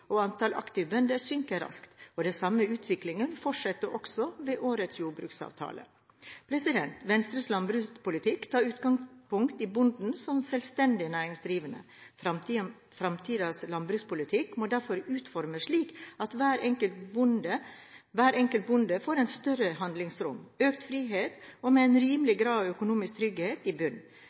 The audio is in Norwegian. og antallet aktive bønder synker raskt, og den samme utvikling vil fortsette også med årets jordbruksavtale. Venstres landbrukspolitikk tar utgangspunkt i bonden som selvstendig næringsdrivende. Fremtidens landbrukspolitikk må derfor utformes slik at hver enkelt bonde får et større handlingsrom, økt frihet og med en rimelig grad av økonomisk trygghet i bunn.